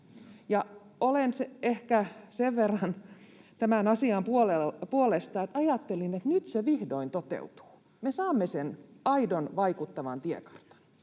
Olen ehkä sen verran tämän asian puolesta, että ajattelin, että nyt se vihdoin toteutuu, me saamme sen aidon, vaikuttavan tiekartan,